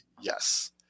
yes